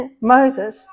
Moses